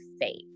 faith